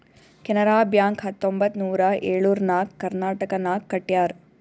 Canara bank ಹತ್ತೊಂಬತ್ತ್ ನೂರಾ ಎಳುರ್ನಾಗ್ ಕರ್ನಾಟಕನಾಗ್ ಕಟ್ಯಾರ್